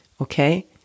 okay